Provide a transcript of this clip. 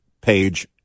page